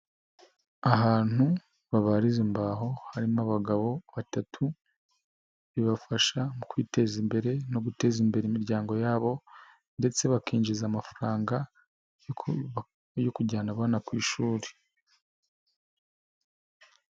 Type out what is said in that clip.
Ahantu babaririza imbaho harimo abagabo batatu bibafasha mu kwiteza imbere no guteza imbere imiryango yabo ndetse bakinjiza amafaranga yo kujyana abana ku ishuri.